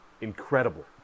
incredible